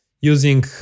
Using